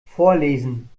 vorlesen